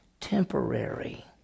temporary